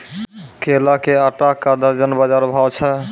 केला के आटा का दर्जन बाजार भाव छ?